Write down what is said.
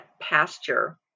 pasture